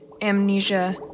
amnesia